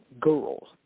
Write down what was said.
girls